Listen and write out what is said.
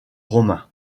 romain